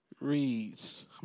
reads